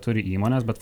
turi įmones bet